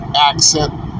accent